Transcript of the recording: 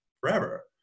forever